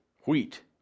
Wheat